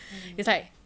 mmhmm